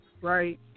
right